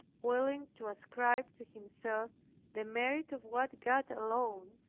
willing to ascribe to himself the merit of what god alone,